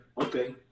okay